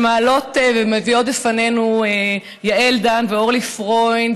שמביאות בפנינו יעל דן ואורלי פרוינד,